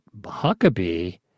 Huckabee—